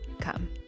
come